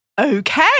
Okay